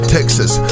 Texas